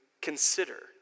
consider